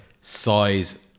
size